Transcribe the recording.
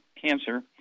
cancer